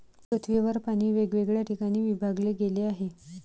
पृथ्वीवर पाणी वेगवेगळ्या ठिकाणी विभागले गेले आहे